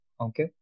Okay